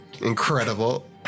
Incredible